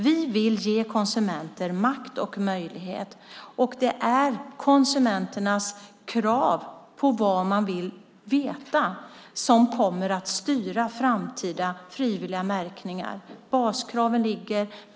Vi vill ge konsumenter makt och möjlighet, och det är konsumenternas krav på vad man vill veta som kommer att styra framtida frivilliga märkningar. Baskraven finns.